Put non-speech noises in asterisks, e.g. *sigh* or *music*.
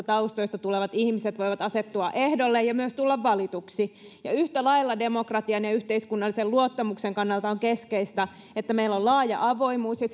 *unintelligible* taustoista tulevat ihmiset voivat asettua ehdolle ja myös tulla valituksi ja yhtä lailla demokratian ja yhteiskunnallisen luottamuksen kannalta on keskeistä että meillä on laaja avoimuus ja *unintelligible*